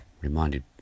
reminded